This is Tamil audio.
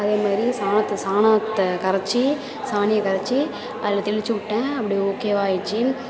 அதே மாரி சாணத்தை சாணத்தை கரைச்சு சாணியை கரச்சு அதில் தெளிச்சு விட்டேன் அப்படியே ஓக்கேவாக ஆயிடுச்சி